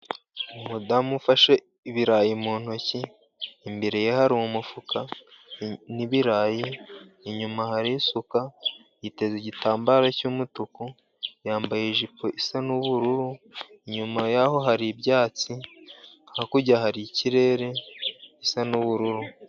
Umugore ufashe ibirayi mu ntoki, imbere ye hari umufuka n' ibirayi, inyuma hari isuka, yiteze igitambaro cy' umutuku, yambaye ijipo isa n' ubururu, inyuma y' aho hari ibyatsi, hakurya hari ikirere gisa n' ubururu.